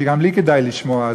שגם לי כדאי לשמוע,